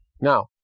Now